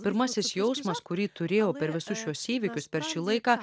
pirmasis jausmas kurį turėjau per visus šiuos įvykius per šį laiką